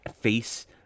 face